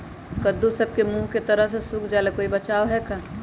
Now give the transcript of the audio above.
कददु सब के मुँह के तरह से सुख जाले कोई बचाव है का?